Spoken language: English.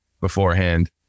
beforehand